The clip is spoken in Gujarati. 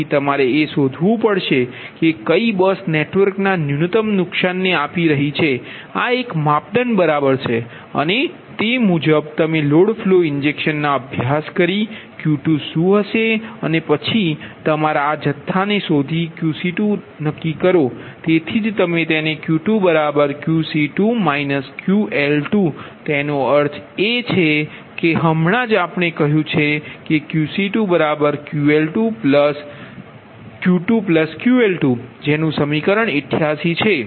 તેથી તમારે એ શોધવું પડશે કે કઈ બસ નેટવર્કના ન્યૂનતમ નુકસાનને આપી રહી છે આ એક માપદંડ બરાબર અને તે મુજબ તમે લોડ ફ્લો ઇંજેક્શન ના અભ્યાસ પછી Q2 શું હશે અને પછી તમે તમારા આ જથ્થાને શોધી Qc2 કરો તેથી જ તમે તેને Q2Qc2 QL2 તેનો અર્થ એ છે કે હમણાં જ આપણે કહ્યું છે કે Qc2Q2QL2 જેનું સમીકરણ 88 છે